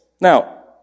Now